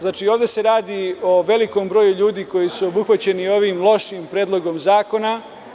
Znači, ovde se radi o velikom broju ljudi koji su obuhvaćeni ovim lošim Predlogom zakona.